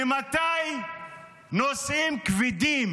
ממתי נושאים כבדים